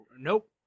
Nope